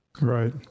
Right